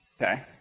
okay